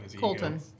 Colton